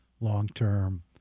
long-term